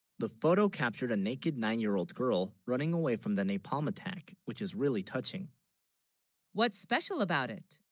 the photo, captured a naked, nine-year-old girl running, away, from the napalm attack, which is really touching what's special, about it?